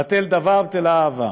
בטל דבר, בטלה אהבה,